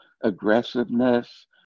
aggressiveness